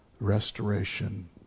restoration